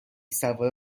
سوار